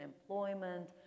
employment